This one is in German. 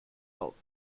auf